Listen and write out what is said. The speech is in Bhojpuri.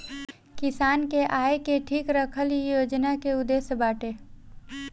किसान के आय के ठीक रखल इ योजना के उद्देश्य बाटे